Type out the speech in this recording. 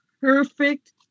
perfect